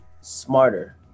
smarter